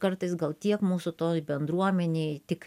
kartais gal tiek mūsų toj bendruomenėj tik